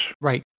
Right